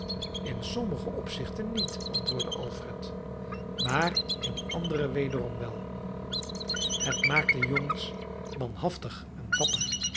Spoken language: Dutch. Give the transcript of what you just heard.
in sommige opzichten niet antwoordde alfred maar in andere wederom wel het maakt de jongens manhaftig en dapper